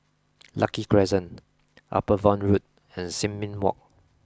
Lucky Crescent Upavon Road and Sin Ming Walk